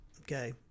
okay